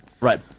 Right